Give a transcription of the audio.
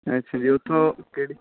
ਅੱਛਾ ਜੀ ਉੱਥੋਂ ਕਿਹੜੀ